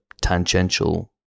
tangential